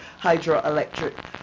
hydroelectric